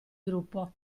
gruppo